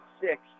six